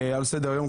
על סדר-היום,